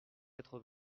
quatre